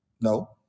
No